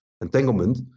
entanglement